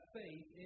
faith